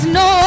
no